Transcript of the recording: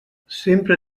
sempre